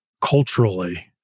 culturally